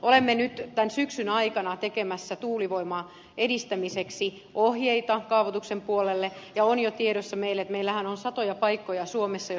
olemme nyt tämän syksyn aikana tekemässä tuulivoiman edistämiseksi ohjeita kaavoituksen puolelle ja on jo tiedossa että meillähän on satoja paikkoja suomessa joissa tuulee